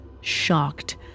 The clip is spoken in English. shocked